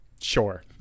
sure